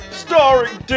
starring